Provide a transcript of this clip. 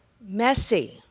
messy